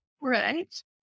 Right